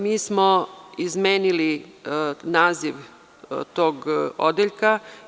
Mi smo izmenili naziv tog odeljka.